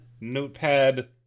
notepad